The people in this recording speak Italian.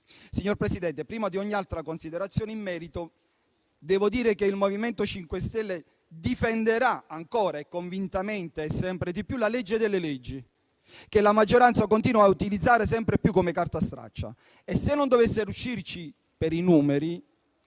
Signor Presidente, prima di ogni altra considerazione in merito, devo dire che il MoVimento 5 Stelle difenderà ancora, convintamente e sempre di più la legge delle leggi, che la maggioranza continua a utilizzare sempre più come carta straccia e se non dovesse riuscirci per i numeri,